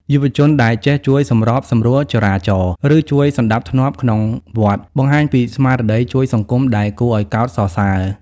យុវជនដែលចេះ "ជួយសម្របសម្រួលចរាចរណ៍" ឬជួយសណ្ដាប់ធ្នាប់ក្នុងវត្ត បង្ហាញពីស្មារតីជួយសង្គមដែលគួរឱ្យកោតសរសើរ។